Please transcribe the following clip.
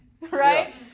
right